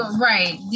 right